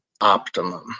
optimum